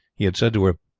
he had said to her,